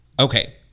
okay